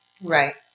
Right